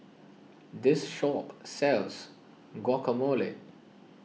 this shop sells Guacamole